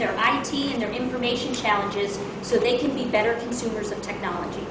their information challenges so they can be better supers and technology